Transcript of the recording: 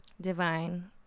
divine